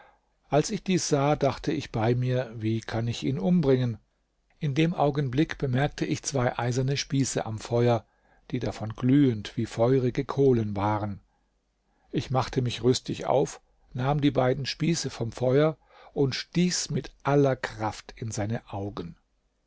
als ich dies sah dachte ich bei mir wie kann ich ihn umbringen in dem augenblick bemerkte ich zwei eiserne spieße am feuer die davon glühend wie feurige kohlen waren ich machte mich rüstig auf nahm die beiden spieße vom feuer und stieß mit aller kraft in seine augen